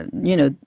and you know,